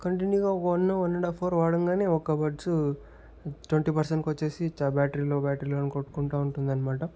కంటిన్యూగా one one and half hour వాడంగానే ఒక్క బర్డ్సు ట్వంటీ పర్సెంట్ కొచ్చేసి బ్యాటరీ లో బ్యాటరీ లో అని కొట్టుకుంటా ఉంటుందనమాట